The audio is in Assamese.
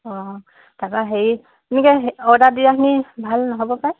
অঁ তাৰপা হেৰি তেনেকৈ অৰ্ডাৰ দিয়াখিনি ভাল নহ'ব পাৰে